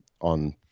on